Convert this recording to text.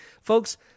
Folks